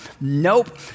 Nope